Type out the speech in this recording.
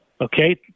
Okay